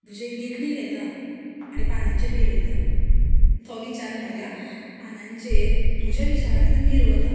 म्हजे लेखणी घेता आनी पानांचेर गिरयता तो विचार म्हज्या पानांचेर म्हज्या विचारांतल्यान गिरवता